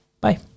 Bye